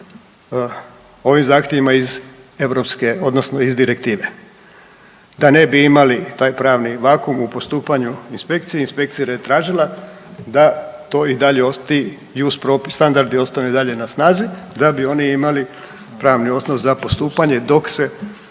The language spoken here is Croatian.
ovim zahtjevima iz Europske, odnosno iz Direktive. Da ne bi imali taj pravni vakum u postupanju inspekcije, inspekcija je tražila da to i dalje ostane, ti JUS propisi, standardi ostanu i dalje na snazi da bi oni imali pravni osnov za postupanje dok se